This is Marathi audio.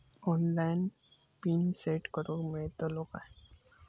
ऑनलाइन पिन सेट करूक मेलतलो काय?